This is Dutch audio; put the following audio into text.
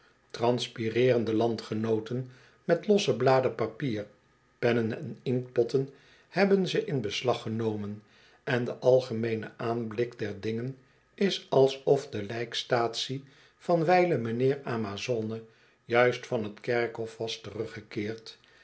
transpireerende landgenooten met losse bladen papier pennen en inktpotten hebben ze in beslag genomen en de algemeene aanblik der dingen is alsof de lijkstaatsie van wijlen mijnheer amazone juist van t kerkhof was teruggekeerd